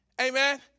Amen